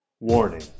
Warning